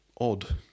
odd